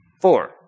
Four